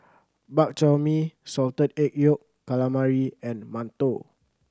Bak Chor Mee Salted Egg Yolk Calamari and mantou